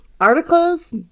articles